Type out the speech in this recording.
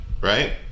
right